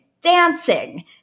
dancing